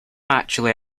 actually